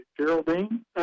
Geraldine